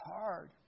hard